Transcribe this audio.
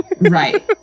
Right